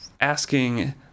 asking